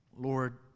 Lord